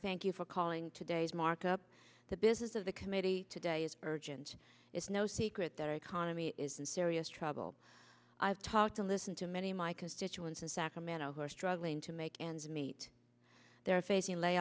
thank you for calling today's markup the business of the committee today is urgent it's no secret that our economy is in serious trouble i've talked to listen to many of my constituents in sacramento who are struggling to make ends meet they're facing lay